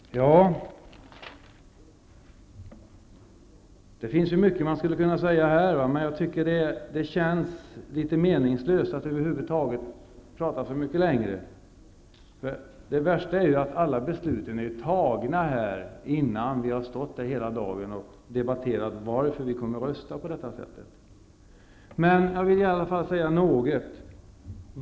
Det finns mycket man skulle kunna säga här, men jag tycker att det känns litet meningslöst att över huvud taget prata så mycket längre. Det värsta är ju att alla besluten är tagna, innan vi står här hela dagen och debatterar varför vi kommer att rösta på ena eller andra sättet. Jag vill i alla fall säga något.